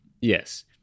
Yes